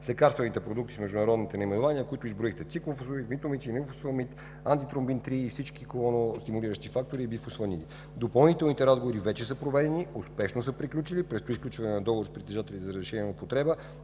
с лекарствените продукти със следните международни наименования, които изброихте: циклофосфамид, митомицин, ифосфамид, антитромбин, и всички колоностимулиращи фактори и бифосфанати. Допълнителните разговори вече са проведени, успешно са приключили. Предстои сключване на договорите с притежателите на разрешенията за употреба